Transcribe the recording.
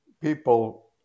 people